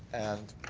and,